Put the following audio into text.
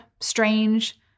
strange